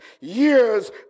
years